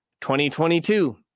2022